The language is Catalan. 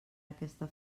aquesta